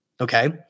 okay